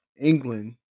England